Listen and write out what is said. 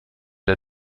der